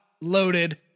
loaded